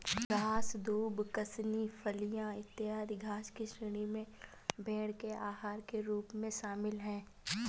घास, दूब, कासनी, फलियाँ, इत्यादि घास की श्रेणी में भेंड़ के आहार के रूप में शामिल है